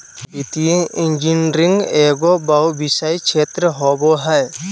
वित्तीय इंजीनियरिंग एगो बहुविषयी क्षेत्र होबो हइ